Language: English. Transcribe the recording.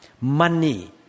money